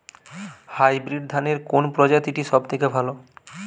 Hybrid ধানের কোন প্রজীতিটি সবথেকে ভালো?